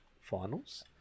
finals